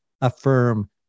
affirm